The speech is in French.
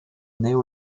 néo